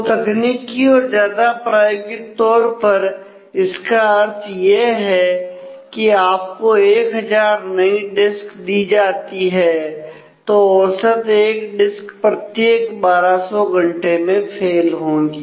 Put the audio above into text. तो तकनीकी और ज्यादा प्रायोगिक तौर पर इसका अर्थ यह है कि आपको 1000 नई डिस्क्स दी जाती है तो औसत एक डिस्क प्रत्येक 1200 घंटे में फेल होगी